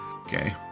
okay